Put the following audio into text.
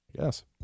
Yes